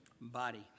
body